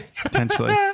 Potentially